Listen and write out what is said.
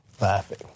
laughing